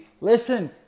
listen